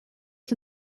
for